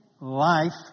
life